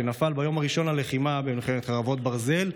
שנפל ביום הראשון ללחימה במלחמת חרבות ברזל.